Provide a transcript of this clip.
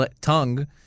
tongue